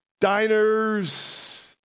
Diners